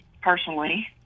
personally